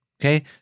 okay